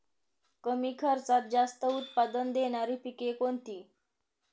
कमी खर्चात जास्त उत्पाद देणारी पिके कोणती?